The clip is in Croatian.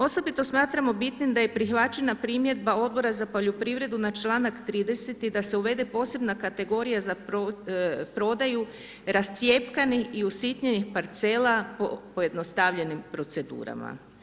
Osobito smatramo bitnim da je prihvaćena primjedba Odbora za poljoprivredu na članak 30. da se uvede posebna kategorija za prodaju rascjepkanih i usitnjenih parcela pojednostavljenim procedurama.